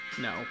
No